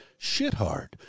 Shithard